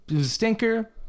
Stinker